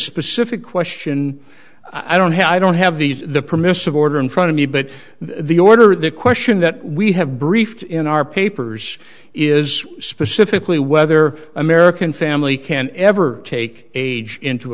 specific question i don't have i don't have the the permissive order in front of me but the order of the question that we have briefed in our papers is specifically whether american family can ever take age into